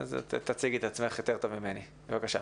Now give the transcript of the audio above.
בבקשה.